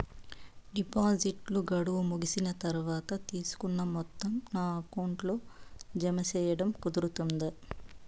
డిపాజిట్లు గడువు ముగిసిన తర్వాత, తీసుకున్న మొత్తం నా అకౌంట్ లో జామ సేయడం కుదురుతుందా?